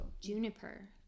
Juniper